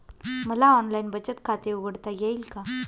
मला ऑनलाइन बचत खाते उघडता येईल का?